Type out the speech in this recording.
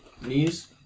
Knees